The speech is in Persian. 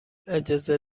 اجازه